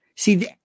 See